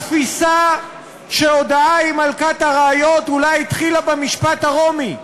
התפיסה שהודאה היא מלכת הראיות אולי התחילה במשפט הרומי,